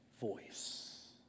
voice